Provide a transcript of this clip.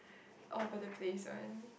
all over the place [one]